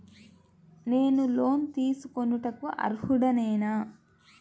నేను లోన్ తీసుకొనుటకు అర్హుడనేన?